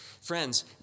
Friends